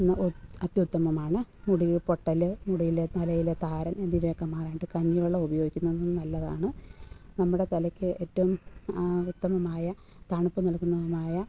അത്യുത്തമമാണ് മുടി പൊട്ടൽ മുടിയിലെ തലയിലെ താരൻ എന്നിവയൊക്ക മാറാനായിട്ട് കഞ്ഞിവെള്ളം ഉപയോഗിക്കുന്നതും നല്ലതാണ് നമ്മുടെ തലയ്ക്ക് ഏറ്റവും ഉത്തമമായ തണുപ്പ് നൽക്കുന്നതുമായ